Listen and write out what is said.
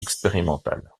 expérimental